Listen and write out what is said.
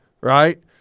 right